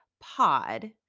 pod